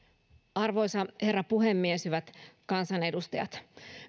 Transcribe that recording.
arvoisa herra puhemies hyvät kansanedustajat